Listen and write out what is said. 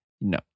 No